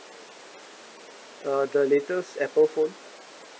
uh the latest Apple phone